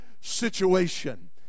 situation